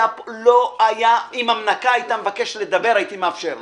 אם המנקה הייתה מבקשת לדבר הייתי מאפשר לה.